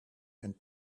and